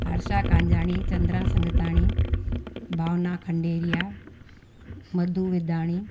Harsha Kanjani Chandra Sangtani Bhavna Khanderia Madhu Vidhani